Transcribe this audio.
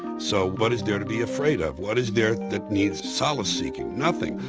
so what is there to be afraid of? what is there that needs solace seeking? nothing.